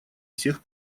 всех